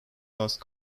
lost